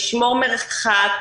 לשמור מרחק,